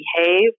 behave